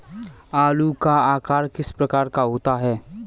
आलू का आकार किस प्रकार का होता है?